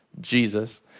Jesus